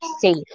safe